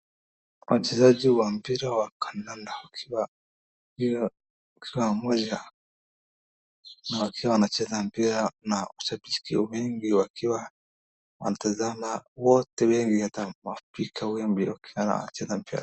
Wachezaji wa mpira ya kandanda wakiwa pamoja na wakiwa wanacheza mpira na washabiki wengi wakiwa wana tazama wote wengi wanawatazama wakiwa wanacheza mpira.